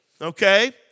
okay